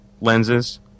lenses